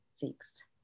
fixed